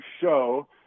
show